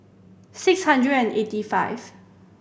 six hundred and eighty five